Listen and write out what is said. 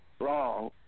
wrong